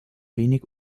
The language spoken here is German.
wenig